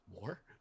more